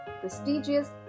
prestigious